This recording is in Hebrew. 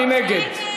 מי נגד?